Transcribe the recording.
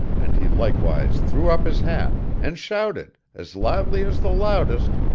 and he likewise threw up his hat, and shouted, as loudly as the loudest,